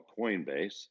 Coinbase